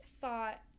thought